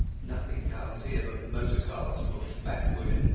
nothing comes here but motor-cars full of fat women,